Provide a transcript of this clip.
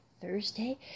Thursday